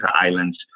islands